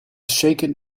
shaken